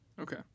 Okay